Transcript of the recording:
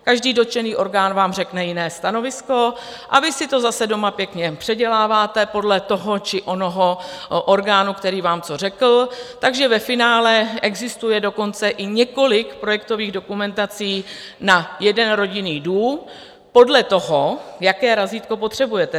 Každý dotčený orgán vám řekne jiné stanovisko a vy si to zase doma předěláváte podle toho či onoho orgánu, který vám co řekl, takže ve finále existuje dokonce i několik projektových dokumentací na jeden rodinný dům podle toho, jaké razítko potřebujete.